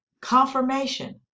confirmation